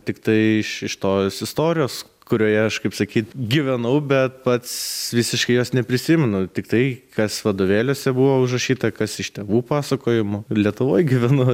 tiktai iš iš tos istorijos kurioje aš kaip sakyt gyvenau bet pats visiškai jos neprisimenu tik tai kas vadovėliuose buvo užrašyta kas iš tėvų pasakojimų ir lietuvoj gyvenu